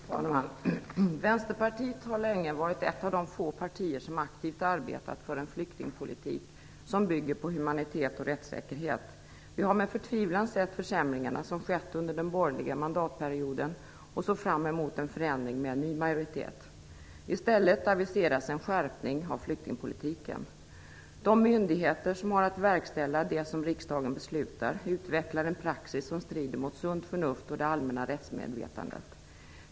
Fru talman! Vänsterpartiet har länge varit ett av de få partier som aktivt har arbetat för en flyktingpolitik som bygger på humanitet och rättssäkerhet. Vi har med förtvivlan sett de försämringar som skedde under den borgerliga mandatperioden. Vi såg fram emot en förändring med en ny majoritet. I stället aviseras en skärpning av flyktingpolitiken. De myndigheter som har att verkställa det som riksdagen beslutar utvecklar en praxis som strider mot sunt förnuft och det allmänna rättsmedvetandet.